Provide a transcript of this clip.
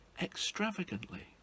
extravagantly